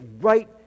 right